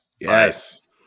yes